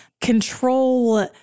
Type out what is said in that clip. control